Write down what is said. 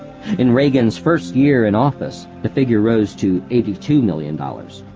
in reagan's first year in office, the figure rose to eighty two million dollars.